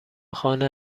خانه